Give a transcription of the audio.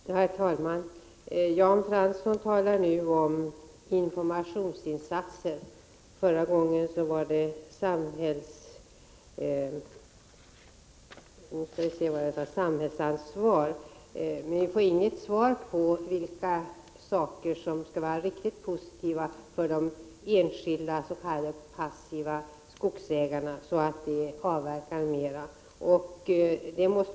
Herr talman! Jan Fransson talar nu om informationsinsatser. Förra gången var det om samhällsansvar. Men vi får inget besked om vilka åtgärder som skulle vara riktigt positiva för de enskilda s.k. passiva skogsägarna, så att de avverkade mera.